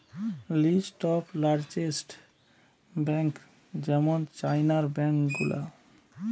list of largest bank যেমন চাইনার bank গুলা